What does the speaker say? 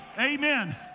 Amen